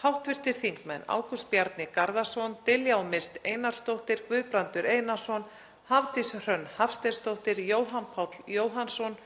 hv. þingmenn Ágúst Bjarni Garðarsson, Diljá Mist Einarsdóttir, Guðbrandur Einarsson, Hafdís Hrönn Hafsteinsdóttir, Jóhann Páll Jóhannsson